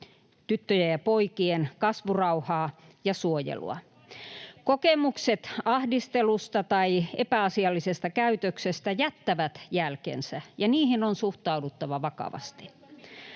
tyttöjen ja poikien, kasvurauhaa ja suojelua. Kokemukset ahdistelusta tai epäasiallisesta käytöksestä jättävät jälkensä, ja niihin on suhtauduttava vakavasti.